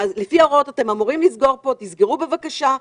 לפי ההוראות אתם אמורים לסגור פה, תסגרו בבקשה.